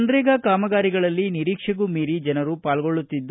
ನರೇಗಾ ಕಾಮಗಾರಿಗಳಲ್ಲಿ ನಿರೀಕ್ಷೆಗೂ ಮೀರಿ ಜನರು ಪಾಲ್ಗೊಳ್ಳುತ್ತಿದ್ದಾರೆ